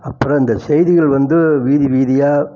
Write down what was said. அப்புறம் இந்த செய்திகள் வந்து வீதி வீதியாக